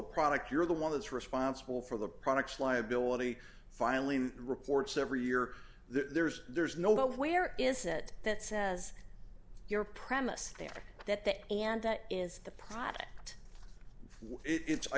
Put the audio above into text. product you're the one that's responsible for the products liability filing reports every year there's there's no where is it that says your premise there that that and that is the product it's i